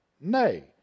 Nay